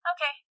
Okay